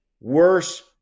worse